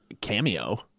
cameo